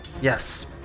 Yes